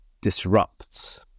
disrupts